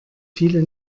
viele